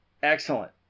Excellent